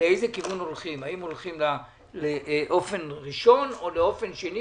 לאיזה כיוון הולכים האם הולכים באופן ראשון או באופן שני,